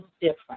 different